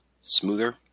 smoother